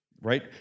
right